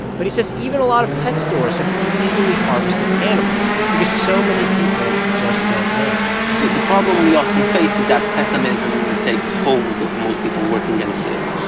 but he says even a lot of pet stores have illegally harvested animals because so many people just don't know the the problem we often face is that pessimism takes hold of most people working in a field.